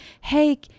hey